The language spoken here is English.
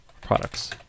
products